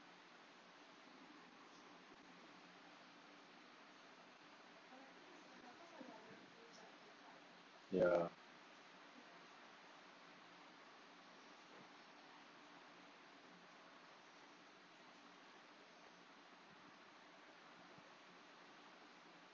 ya